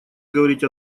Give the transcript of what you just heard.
говорить